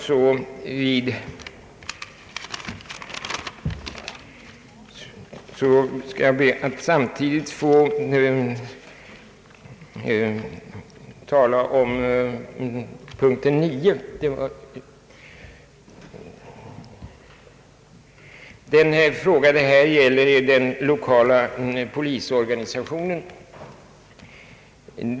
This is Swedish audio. Jag ber att samtidigt få tala om punkten 9, som gäller den l1okala polisorganisationen.